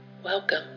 Welcome